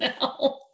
now